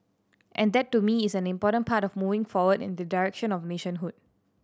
and that to me is an important part of moving forward in the direction of nationhood